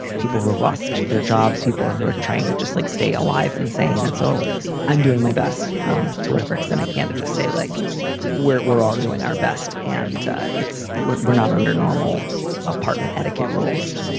people who have lost their jobs, people or who are trying to just like stay alive and sane. and so i'm doing my best um to whatever extent i can just say, like we're we're all doing our best. and it's we're we're not under normal apartment etiquette rules,